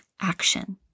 action